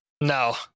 No